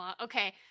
okay